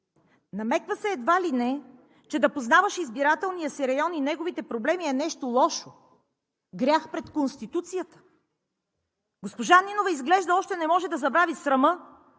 Намеква се едва ли не, че да познаваш избирателния си район и неговите проблеми е нещо лошо, грях пред Конституцията! Госпожа Нинова, изглежда, още не може да забрави срама,